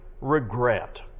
regret